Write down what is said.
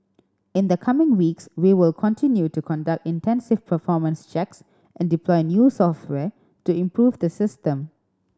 in the coming weeks we will continue to conduct intensive performance checks and deploy new software to improve the system